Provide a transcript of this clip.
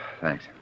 Thanks